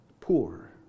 Poor